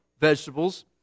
vegetables